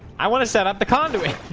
i want to set up the conduit